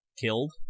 killed